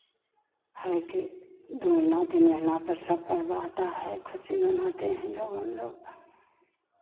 है कि दू महीना तीन महीना पर सब पर्व आता है खुशी मनाते हैं लोग हम लोग